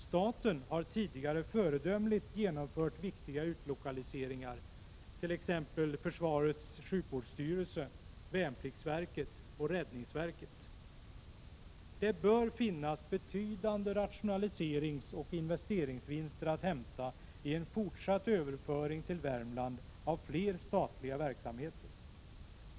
Staten har tidigare föredömligt genomfört viktiga utlokaliseringar, t.ex. av försvarets sjukvårdsstyrelse, värnpliktsverket och räddningsverket. Det bör finnas betydande rationaliseringsoch investeringsvinster att hämta i en fortsatt överföring till Värmland av fler statliga verksamheter.